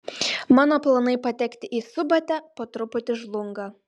mano planai patekti į subatę po truputį žlunga